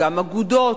גם אגודות,